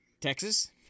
Texas